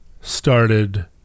started